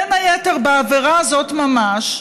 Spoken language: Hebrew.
בין היתר בעבירה הזאת ממש,